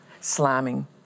slamming